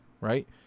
Right